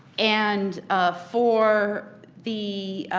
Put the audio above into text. and for the